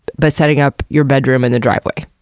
but setting up your bedroom in the driveway.